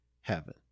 heaven